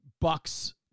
bucks